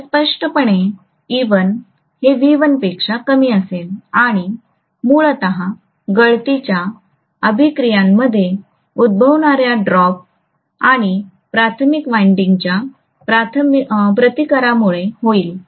तर स्पष्टपणे e1 हे V1 पेक्षा कमी असेल आणि हे मूलत गळतीच्या अभिक्रियेमध्ये उद्भवणाऱ्या ड्रॉप आणि प्राथमिक वाइंडिंगच्या प्रतिकारामुळे होईल